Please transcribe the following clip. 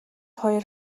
хоёр